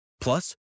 Plus